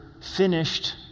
finished